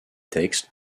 textes